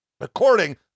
According